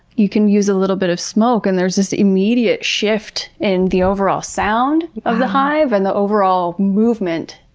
you can use a little bit of smoke and there's this immediate shift in the overall sound of the hive and the overall movement.